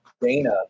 dana